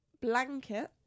Blanket